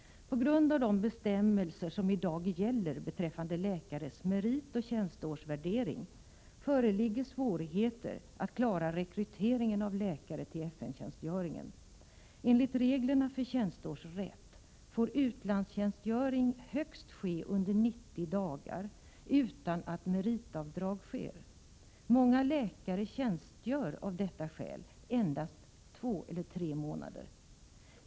På grund av de bestämmelser som i dag gäller beträffande läkares meritoch tjänsteårsvärdering föreligger svårigheter att klara rekrytering av läkare till FN-tjänstgöringen. Enligt reglerna för tjänsteårsrätt får utlandstjänstgöring högst ske under 90 dagar utan att meritavdrag sker. Många läkare tjänstgör av detta skäl endast två till tre månader.